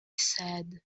said